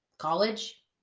college